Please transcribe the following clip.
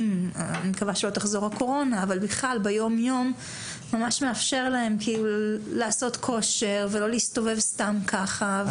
שביום-יום ממש מאפשר להם לעשות כושר ולא להסתובב סתם ככה,